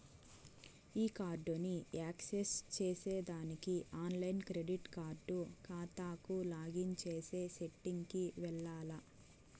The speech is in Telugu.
ఈ కార్డుని యాక్సెస్ చేసేదానికి ఆన్లైన్ క్రెడిట్ కార్డు కాతాకు లాగిన్ చేసే సెట్టింగ్ కి వెల్లాల్ల